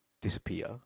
disappear